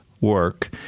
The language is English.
work